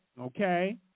okay